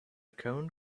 cone